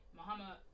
Muhammad